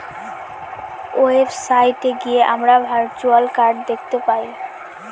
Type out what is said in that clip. website গিয়ে আমরা virtual card দেখতে পাই